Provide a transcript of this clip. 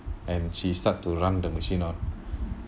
and she start to run the machine on